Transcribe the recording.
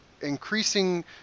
increasing